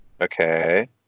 Okay